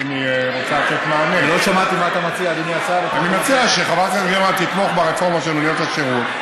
אני מציע שחברת הכנסת גרמן תתמוך ברפורמה של מוניות השירות,